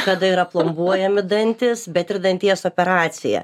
kada yra plombuojami dantys bet ir danties operaciją